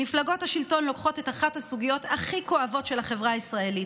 מפלגות השלטון לוקחות את אחת הסוגיות הכי כואבות של החברה הישראלית,